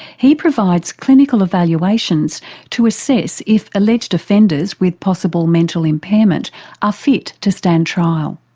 he provides clinical evaluations to assess if alleged offenders with possible mental impairment are fit to stand trial.